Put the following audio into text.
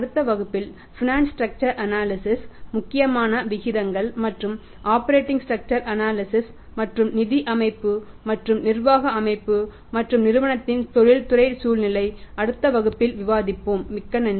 அடுத்த வகுப்பில் financial structure analysis மற்றும் நிதி அமைப்பு மற்றும் நிர்வாக அமைப்பு மற்றும் நிறுவனத்தின் தொழில்துறை சூழ்நிலை அடுத்த வகுப்பில் விவாதிப்போம் மிக்க நன்றி